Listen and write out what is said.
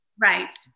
Right